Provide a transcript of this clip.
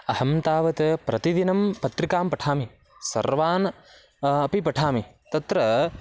अहं तावत् प्रतिदिनं पत्रिकां पठामि सर्वान् अपि पठामि तत्र